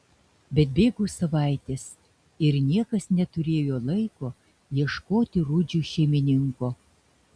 bet bėgo savaitės ir niekas neturėjo laiko ieškoti rudžiui šeimininko